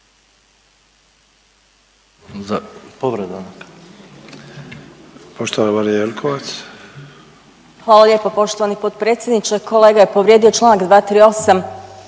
Jelkovac. **Jelkovac, Marija (HDZ)** Hvala lijepo poštovani potpredsjedniče. Kolega je povrijedio Članak 238.